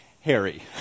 Harry